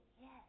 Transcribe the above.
yes